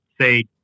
say